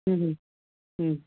ಹ್ಞೂ ಹ್ಞೂ ಹ್ಞೂ